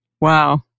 Wow